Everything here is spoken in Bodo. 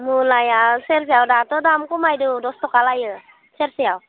मुलाया सेरसेयाव दाथ' दाम खमायदों दस थाखा लायो सेरसेयाव